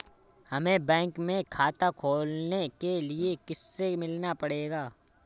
हमे बैंक में खाता खोलने के लिए किससे मिलना पड़ेगा?